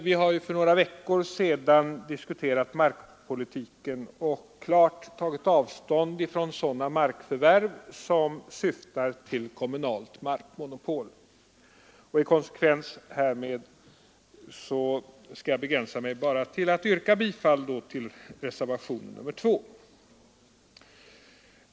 Vi har för några veckor sedan diskuterat markpolitiken och klart tagit avstånd från sådana markförvärv som syftar till kommunalt markmonopol. I konsekvens härmed skall jag begränsa mig till att endast yrka bifall till reservationen 2.